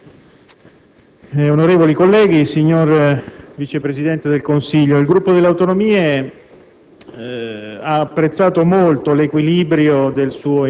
Signor Presidente, onorevoli colleghi, signor Vice presidente del Consiglio, il Gruppo Per le Autonomie ha